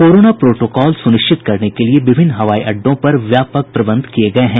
corona protocol सुनिश्चित करने के लिए विभिन्न हवाई अड्डों पर व्यापक प्रबंध किए गए हैं